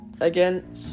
again